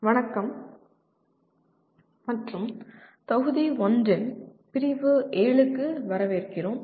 வணக்கம் மற்றும் தொகுதி 1 இன் பிரிவு 7 க்கு வரவேற்கிறோம்